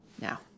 Now